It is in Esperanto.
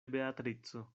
beatrico